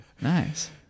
Nice